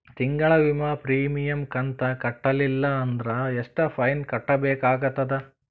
ತಿಂಗಳ ವಿಮಾ ಪ್ರೀಮಿಯಂ ಕಂತ ಕಟ್ಟಲಿಲ್ಲ ಅಂದ್ರ ಎಷ್ಟ ಫೈನ ಕಟ್ಟಬೇಕಾಗತದ?